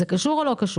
זה קשור או לא קשור?